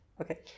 okay